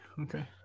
okay